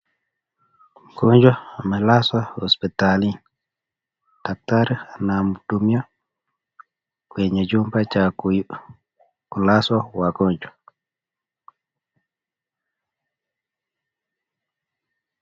Mgonjwa amelazwa hospitali. Daktari anamhudumia kwenye chumba cha kulazwa wagonjwa.